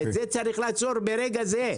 את זה צריך לעצור ברגע זה,